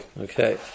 Okay